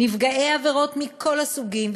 נפגעי עבירות מכל הסוגים,